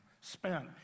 spent